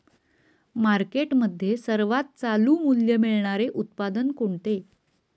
मार्केटमध्ये सर्वात चालू मूल्य मिळणारे उत्पादन कोणते?